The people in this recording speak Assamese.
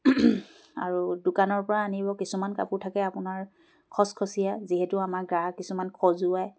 আৰু দোকানৰপৰা আনিব কিছুমান কাপোৰ থাকে আপোনাৰ খচখচীয়া যিহেতু আমাৰ গা কিছুমান খজুৱাই